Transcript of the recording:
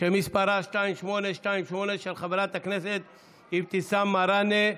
שמספרה 2828/24, של חברת הכנסת אבתיסאם מראענה.